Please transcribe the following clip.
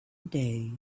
day